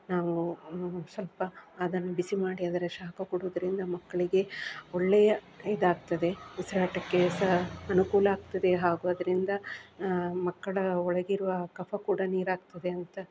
ನಾವು ಸ್ವಲ್ಪ ಅದನ್ನು ಬಿಸಿ ಮಾಡಿ ಅದರ ಶಾಖ ಕೊಡುವುದರಿಂದ ಮಕ್ಕಳಿಗೆ ಒಳ್ಳೆಯ ಇದಾಗ್ತದೆ ಉಸಿರಾಟಕ್ಕೆ ಸಹ ಅನುಕೂಲ ಆಗ್ತದೆ ಹಾಗೂ ಅದರಿಂದ ಮಕ್ಕಳ ಒಳಗಿರುವ ಕಫ ಕೂಡ ನೀರಾಗ್ತದೆ ಅಂತ